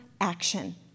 action